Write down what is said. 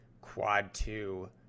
quad-two